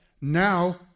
Now